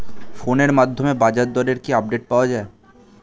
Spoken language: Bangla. ফোনের মাধ্যমে বাজারদরের কি আপডেট পাওয়া যায়?